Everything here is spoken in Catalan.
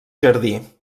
jardí